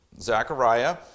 Zechariah